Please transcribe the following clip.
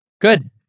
good